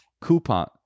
Coupon